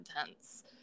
intense